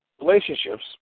relationships